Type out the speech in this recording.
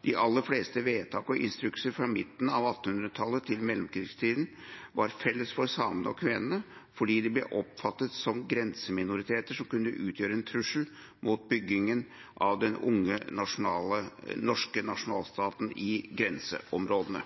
De aller fleste vedtak og instrukser fra midten av 1800-tallet til mellomkrigstiden var felles for samene og kvenene, fordi de ble oppfattet som grenseminoriteter som kunne utgjøre en trussel mot byggingen av den unge, norske nasjonalstaten i grenseområdene.